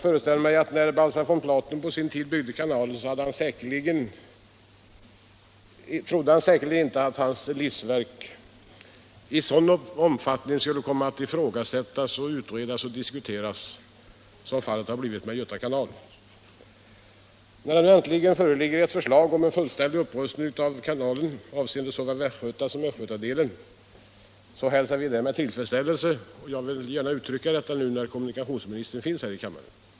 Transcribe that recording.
När Baltzar von Platen på sin tid byggde kanalen anade han säkerligen inte att hans livsverk i sådan omfattning skulle komma att ifrågasättas, utredas och diskuteras. När det nu äntligen föreligger ett förslag om en fullständig upprustning av kanalen avseende såväl dess västgötadel som dess östgötadel, så hälsar vi detta med tillfredsställelse. Jag vill gärna ge uttryck för det nu när kommunikationsministern finns här i kammaren.